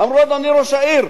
אמרו: אדוני ראש העיר,